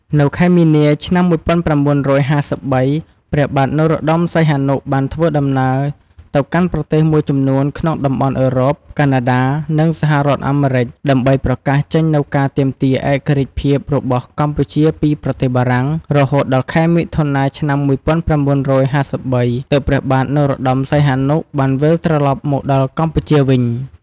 នៅខែមីនា ឆ្នាំ ១៩៥៣ ព្រះបាទ នរោត្តមសីហនុ បានធ្វើដំណើរទៅកាន់ប្រទេសមួយចំនួនក្នុងតំបន់អុឺរ៉ុប កាណាដា និង សហរដ្ឋអាមេរិក ដើម្បីប្រកាសចេញនូវការទាមទារឯករាជ្យភាពរបស់កម្ពុជាពីប្រទេសបារាំង រហូតដល់ខែមិថុនា ឆ្នាំ ១៩៥៣ ទើបព្រះបាទនរោត្តមសីហនុ បានវិលត្រឡប់មកដល់កម្ពុជាវិញ ។